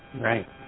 Right